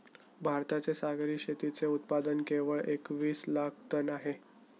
भारताचे सागरी शेतीचे उत्पादन केवळ एकवीस लाख टन आहे